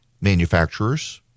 manufacturers